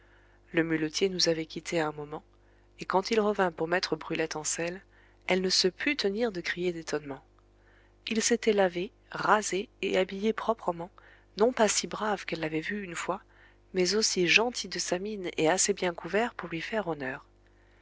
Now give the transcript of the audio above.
le muletier nous avait quittés un moment et quand il revint pour mettre brulette en selle elle ne se put tenir de crier d'étonnement il s'était lavé rasé et habillé proprement non pas si brave qu'elle l'avait vu une fois mais aussi gentil de sa mine et assez bien couvert pour lui faire honneur